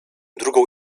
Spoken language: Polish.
drugą